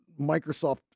Microsoft